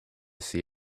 see